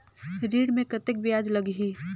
ऋण मे कतेक ब्याज लगही?